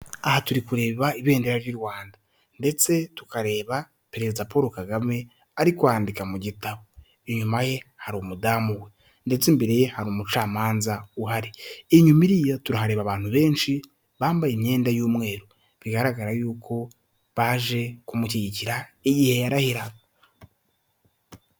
Aha turi kureba ibendera ry'u Rwanda ndetse tukareba perezida Paul Kagame ari kwandika mu gitabo, inyuma ye hari umudamu we ndetse mbere hari umucamanza uhari inyuma iriya turareba abantu benshi bambaye imyenda y'umweru bigaragara yuko baje kumushyigikira igihe yarahiga.